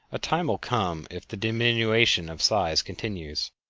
a time will come, if the diminution of size continues,